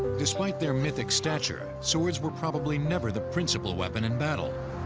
despite their mythic stature, swords were probably never the principle weapon in battle.